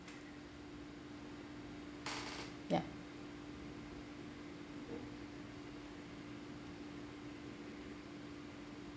yup